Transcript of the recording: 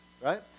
Right